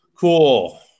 Cool